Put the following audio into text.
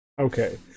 okay